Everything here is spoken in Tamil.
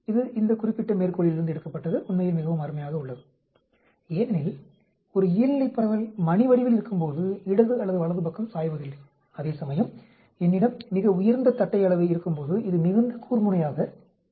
இது இந்த குறிப்பிட்ட மேற்கொளிலிருந்து எடுக்கப்பட்டது உண்மையில் மிகவும் அருமையாக உள்ளது ஏனெனில் ஒரு இயல்நிலைப் பரவல் மணி வடிவில் இருக்கும்போது இடது அல்லது வலது பக்கம் சாய்வதில்லை அதேசமயம் என்னிடம் மிக உயர்ந்த தட்டை அளவை இருக்கும்போது இது மிகுந்த கூர்முனையாக இருக்கிறது